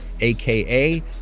AKA